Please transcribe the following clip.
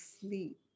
sleep